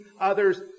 others